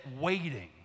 waiting